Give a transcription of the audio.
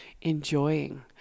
enjoying